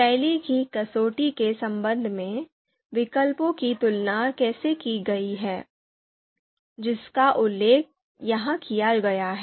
शैली की कसौटी के संबंध में विकल्पों की तुलना कैसे की गई है जिसका उल्लेख यहां किया गया है